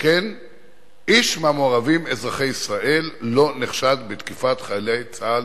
שכן איש מהמעורבים אזרחי ישראל לא נחשד בתקיפת חיילי צה"ל"